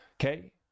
okay